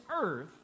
earth